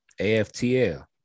aftl